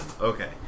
Okay